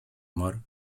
amor